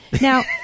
Now